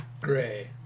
Gray